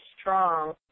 strong